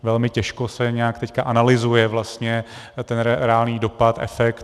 Velmi těžko se nějak teď analyzuje vlastně ten reálný dopad, efekt.